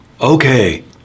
Okay